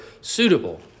suitable